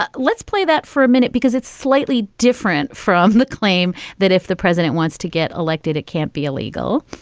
but let's play that for a minute, because it's slightly different from the claim that if the president wants to get elected, it can't be illegal